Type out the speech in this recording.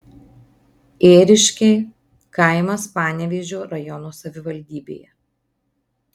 ėriškiai kaimas panevėžio rajono savivaldybėje